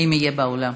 אם יהיה באולם.